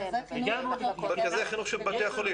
מרכזי החינוך של בתי החולים?